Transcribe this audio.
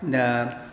दा